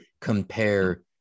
compare